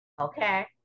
Okay